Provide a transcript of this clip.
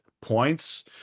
points